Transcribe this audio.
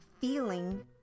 feeling